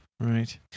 Right